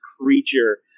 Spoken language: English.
creature